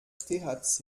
thc